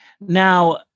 Now